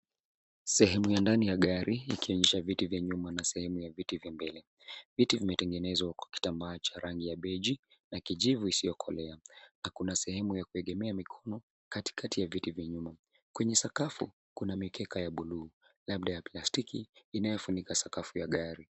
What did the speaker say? Sehemu ya ndani ya gari ikionyesha viti vya nyuma na sehemu ya viti vya mbele. Viti vimetengenezwa kwa kitambaa cha rangi ya beji na kijivu isiyokolea, na kuna sehemu ya kuegemea mikono katikati ya viti vya nyuma. Kwenye sakafu kuna mikeka ya buluu labda ya plastiki inayofunika sakafu ya gari.